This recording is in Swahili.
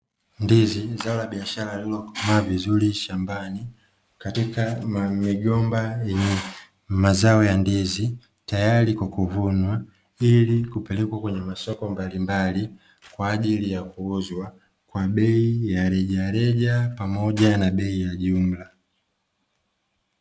Ndizi zao la biashara lilikomaa vizuri shambani katika migomba yenye mazao ya ndizi tayari kwa kuvunwa ili kupelekwa kwenye masoko mbalimbali kwa ajili ya kuuzwa kwa bei ya reja reja pamoja na bei ya jumla.